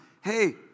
hey